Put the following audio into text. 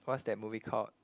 what's that movie called